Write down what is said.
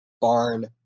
Barn